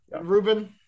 Ruben